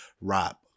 rap